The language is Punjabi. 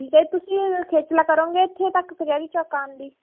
ਠੀਕ ਹੈ ਤੁਸੀਂ ਖੇਚਲਾਂ ਕਰੋਗੇ ਇੱਥੇ ਤੱਕ ਕਚਹਿਰੀ ਚੌਂਕ ਆਉਣ ਦੀ